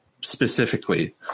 specifically